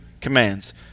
commands